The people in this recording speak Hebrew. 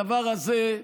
הדבר הזה,